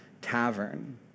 tavern